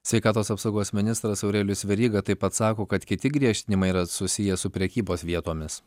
sveikatos apsaugos ministras aurelijus veryga taip pat sako kad kiti griežtinimai yra susiję su prekybos vietomis